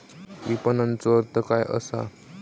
विपणनचो अर्थ काय असा?